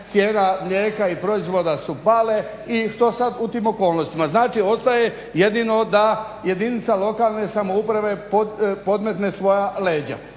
cijena mlijeka i proizvoda su pale i što sad u tim okolnostima. Ostaje jedino da jedinica lokalne samouprave podmetne svoja leđa.